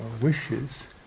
wishes